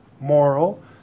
Moral